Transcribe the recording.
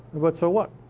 but so what?